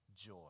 joy